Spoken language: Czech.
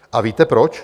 A víte proč?